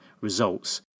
results